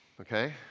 okay